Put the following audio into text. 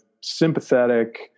sympathetic